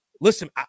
listen